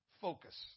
focus